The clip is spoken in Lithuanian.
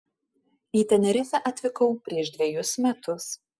į tenerifę atvykau prieš dvejus metus